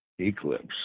eclipse